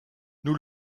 nous